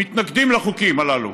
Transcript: מתנגדים לחוקים הללו